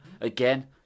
Again